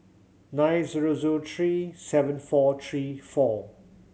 nine zero zero three seven four three four